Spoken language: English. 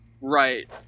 Right